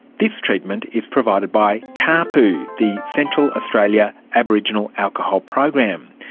this treatment is provided by caaapu, the central australia aboriginal alcohol program.